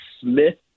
Smith